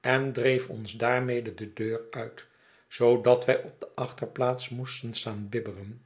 en dreef ons daarmede de deur uit zoodat wij op de achterplaats moesten staan bibberen